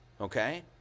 Okay